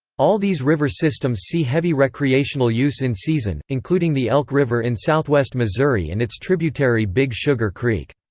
all these river systems see heavy recreational use in season, including the elk river in southwest missouri and its tributary big sugar creek.